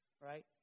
Right